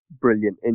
brilliant